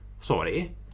Sorry